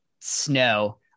snow